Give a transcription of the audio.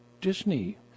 Disney